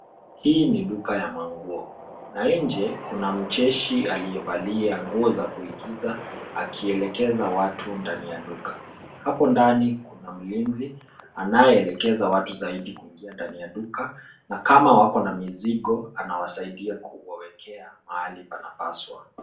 Hii ni duka ya manguo na nje kuna mcheshi aliyevalia nguo za kuigiza akielekeza watu ndani ya duka. Hapo ndani kuna mlinzi anayeelekeza watu zaidi kuingia ndani ya duka na kama wakona mizigo anawasaidia kuwawekea mahali inapaswa.